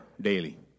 daily